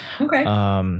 Okay